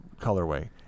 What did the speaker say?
colorway